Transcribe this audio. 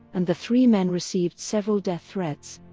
and the three men received several death threats.